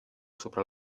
sopra